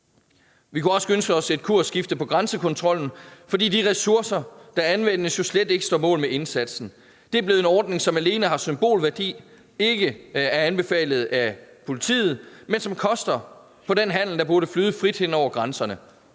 Vi kunne også ønske os et kursskifte for grænsekontrollen, for de ressourcer, der anvendes, står slet ikke mål med indsatsen. Det er blevet en ordning, som alene har symbolværdi. Den er ikke anbefalet af politiet, men den koster for den handel, der burde flyde frit hen over grænserne.